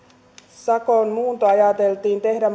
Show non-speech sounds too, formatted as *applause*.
sakon muunto ajateltiin tehdä *unintelligible*